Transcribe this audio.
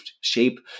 shape